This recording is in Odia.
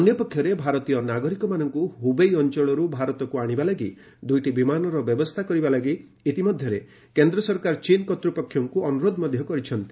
ଅନ୍ୟ ପକ୍ଷରେ ଭାରତୀୟ ନାଗରିକମାନଙ୍କୁ ହୁବେଇ ଅଞ୍ଚଳରୁ ଭାରତକୁ ଆଣିବା ଲାଗି ଦୁଇଟି ବିମାନର ବ୍ୟବସ୍ଥା କରିବା ଲାଗି ଇତିମଧ୍ୟରେ କେନ୍ଦ୍ର ସରକାର ଚୀନ୍ କର୍ତ୍ତପକ୍ଷଙ୍କ ଅନୁରୋଧ କରିଛନ୍ତି